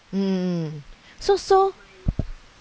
mm so so